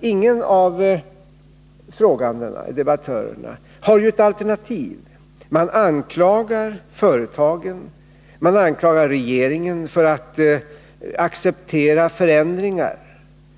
Ingen av debattörerna har ju ett alternativ. Man anklagar företagen. Man anklagar regeringen för att acceptera förändringar